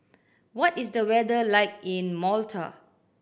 what is the weather like in Malta